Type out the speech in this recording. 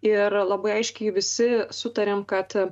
ir labai aiškiai visi sutarėm kad